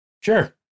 Sure